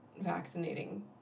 vaccinating